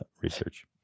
research